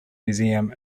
museum